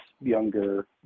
younger